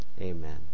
Amen